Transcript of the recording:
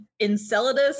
Enceladus